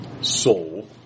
soul